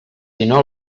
sinó